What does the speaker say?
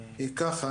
ככה,